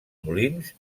molins